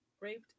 raped